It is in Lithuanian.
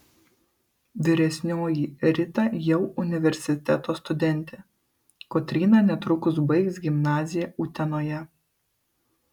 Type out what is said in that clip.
vyresnioji rita jau universiteto studentė kotryna netrukus baigs gimnaziją utenoje